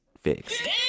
fixed